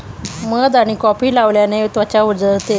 मध आणि कॉफी लावल्याने त्वचा उजळते